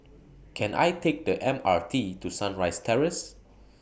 Can I Take The M R T to Sunrise Terrace